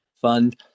fund